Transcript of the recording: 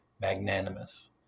magnanimous